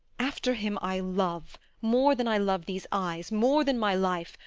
after him i love more than i love these eyes, more than my life,